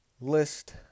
list